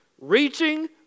Reaching